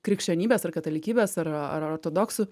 krikščionybės ar katalikybės ar ar ortodoksų